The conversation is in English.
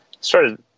started